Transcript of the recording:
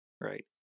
right